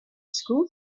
school